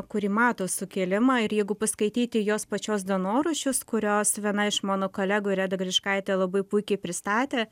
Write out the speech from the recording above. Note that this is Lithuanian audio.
kuri mato sukilimą ir jeigu paskaityti jos pačios dienoraščius kuriuos viena iš mano kolegų reda griškaitė labai puikiai pristatė